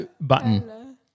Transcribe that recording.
button